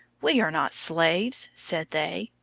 we are not slaves, said they,